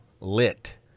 Lit